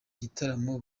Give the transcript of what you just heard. giterane